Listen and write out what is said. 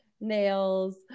nails